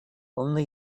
only